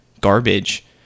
garbage